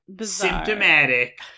symptomatic